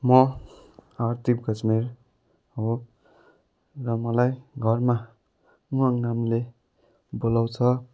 म आर्थिव गजमेर हो र मलाई घरमा मन नामले बोलाउँछ